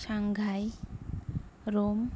Shanghai Rome